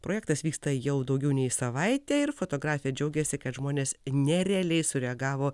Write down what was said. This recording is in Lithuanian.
projektas vyksta jau daugiau nei savaitę ir fotografė džiaugiasi kad žmonės nerealiai sureagavo